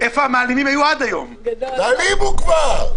תעלימו כבר.